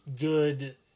good